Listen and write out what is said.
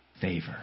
favor